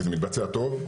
וזה מתבצע טוב.